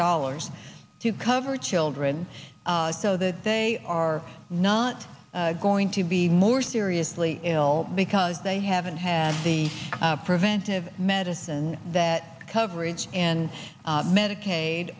dollars to cover children so that they are not going to be more seriously ill because they haven't had the preventive medicine that coverage and medicaid